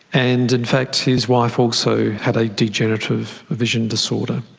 and in fact his wife also had a degenerative vision disorder.